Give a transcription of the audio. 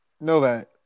Novak